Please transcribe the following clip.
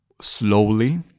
slowly